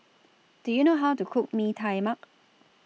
Do YOU know How to Cook Mee Tai Mak